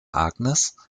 agnes